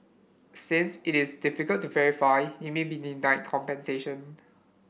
since it is difficult to verify you may be denied compensation